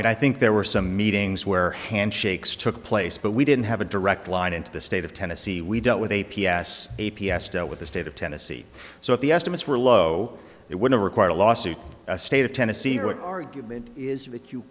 mean i think there were some meetings where handshakes took place but we didn't have a direct line into the state of tennessee we dealt with a p s a p s deal with the state of tennessee so if the estimates were low it would have required a lawsuit a state of tennessee or an argument is that you